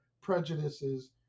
prejudices